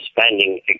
spending